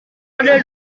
ada